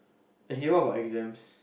[ok] what about exams